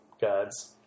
gods